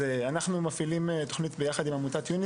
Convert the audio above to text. אנחנו מפעילים תוכנית ביחד עם עמותת יוני